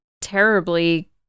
terribly